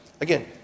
Again